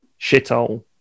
shithole